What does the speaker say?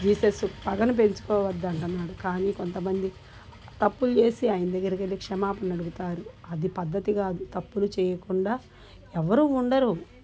Jesus పగని పెంచుకోవద్దంటన్నాడు కానీ కొంతమంది తప్పులు చేసి ఆయన దగ్గరకెళ్ళి క్షమాపన అడుగుతారు అది పద్దతి కాదు తప్పులు చేయకుండా ఎవ్వరూ ఉండరు